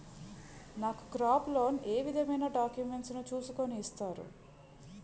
నాకు crop loan ఏ విధమైన డాక్యుమెంట్స్ ను చూస్కుని ఇస్తారు?